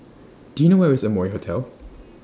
Do YOU know Where IS Amoy Hotel